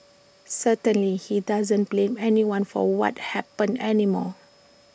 certainly he doesn't blame anyone for what happened anymore